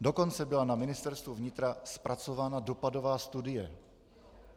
Dokonce byla na Ministerstvu vnitra zpracována dopadová studie,